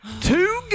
two